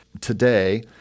today